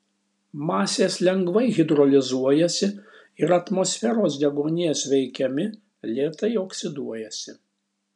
masės lengvai hidrolizuojasi ir atmosferos deguonies veikiami lėtai oksiduojasi